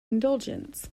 indulgence